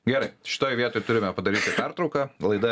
gerai šitoj vietoj turime padaryti pertrauką laida